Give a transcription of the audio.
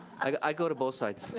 i go to both sides.